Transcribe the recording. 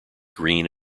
green